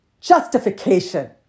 justification